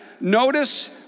Notice